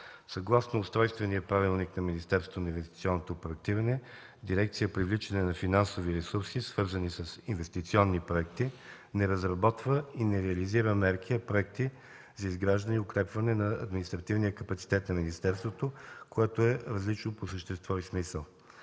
Съгласно Устройствения правилник на Министерството на инвестиционното проектиране, дирекция „Привличане на финансови ресурси, свързани с инвестиционни проекти” не разработва и не реализира мерки, а проекти за изграждане и укрепване на административния капацитет на министерството, което е различно по същество и смисъл.